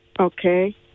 Okay